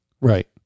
Right